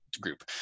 group